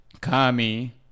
Kami